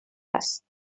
است